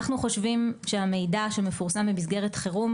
אנחנו חושבים שהמידע שמפורסם במסגרת חירום